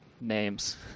Names